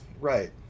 Right